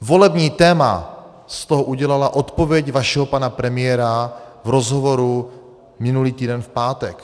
Volební téma z toho udělala odpověď vašeho pana premiéra v rozhovoru minulý týden v pátek.